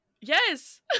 Yes